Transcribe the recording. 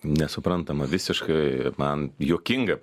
nesuprantama visiškai man juokinga